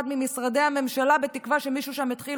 ממשרדי הממשלה בתקווה שמישהו שם יתחיל